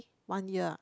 one year ah